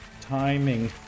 timing